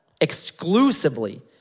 exclusively